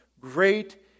great